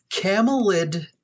Camelid